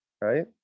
right